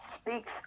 speaks